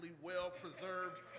well-preserved